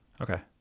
okay